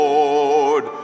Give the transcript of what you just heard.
Lord